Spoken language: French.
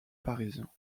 parisien